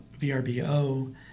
VRBO